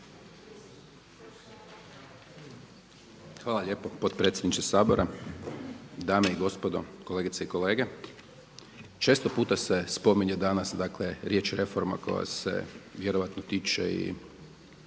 Hvala lijepo potpredsjedniče Sabora, dame i gospodo, kolegice i kolege. Često puta se spominje danas dakle riječ reforma koja se vjerojatno tiče i